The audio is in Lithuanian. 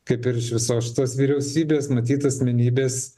kaip ir iš visos šitos vyriausybės matyt asmenybės